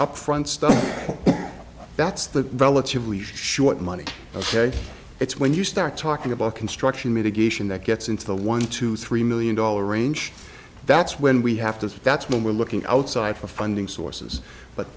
upfront stuff that's the relatively short money ok it's when you start talking about construction mitigation that gets into the one to three million dollar range that's when we have to that's when we're looking outside for funding sources but